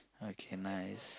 okay nice